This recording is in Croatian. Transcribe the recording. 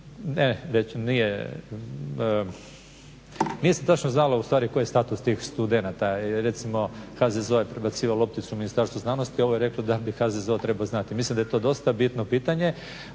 određene, nije se točno znalo ustvari koji je status tih studenata. Recimo HZZO je prebacivao lopticu Ministarstvu znanosti, a ovo je reklo da bi HZZO trebao znati. Mislim da je to dosta bitno pitanje.